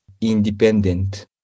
independent